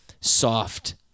soft